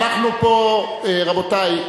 רבותי,